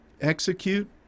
Execute